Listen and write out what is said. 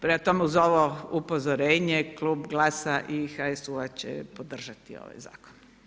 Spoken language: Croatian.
Prema tome, uz ovo upozorenje Klub GLASA i HSU-a će podržati ovaj zakon.